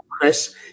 Chris